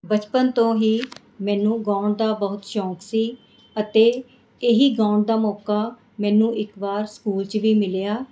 ਬਚਪਨ ਤੋਂ ਹੀ ਮੈਨੂੰ ਗਾਉਣ ਦਾ ਬਹੁਤ ਸ਼ੌਂਕ ਸੀ ਅਤੇ ਇਹੀ ਗਾਉਣ ਦਾ ਮੌਕਾ ਮੈਨੂੰ ਇੱਕ ਵਾਰ ਸਕੂਲ 'ਚ ਵੀ ਮਿਲਿਆ